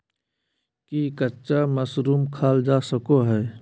की कच्चा मशरूम खाल जा सको हय?